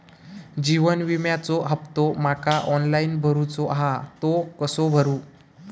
जीवन विम्याचो हफ्तो माका ऑनलाइन भरूचो हा तो कसो भरू?